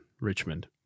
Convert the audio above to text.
Richmond